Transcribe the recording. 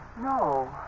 No